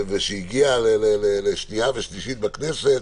ושהגיעה לשנייה ושלישית בכנסת,